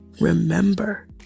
Remember